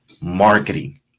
marketing